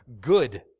Good